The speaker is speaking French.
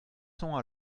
sont